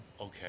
Okay